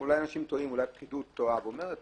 אולי הפקידות טועה ואומרת